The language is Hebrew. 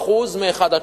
20% מאחד עד